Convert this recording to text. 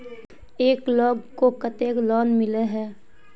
एक लोग को केते लोन मिले है?